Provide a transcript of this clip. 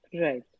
Right